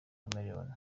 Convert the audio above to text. cameroun